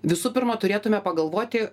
visų pirma turėtume pagalvoti